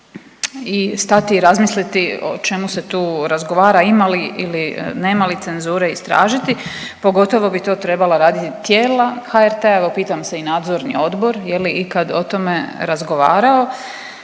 i stati i razmisliti o čemu se tu razgovara, ima li ili nema li cenzure istražiti, pogotovo bi to trebala raditi tijela HRT-a, evo pitam se i nadzorni odbor je li ikad o tome razgovarao,